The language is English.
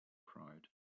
cried